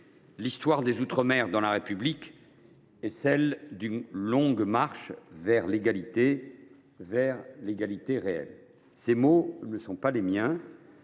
L’histoire des outre mer dans la République est celle d’une longue marche vers l’égalité, vers l’égalité réelle. » Ces mots ne sont pas les miens,